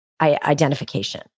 identification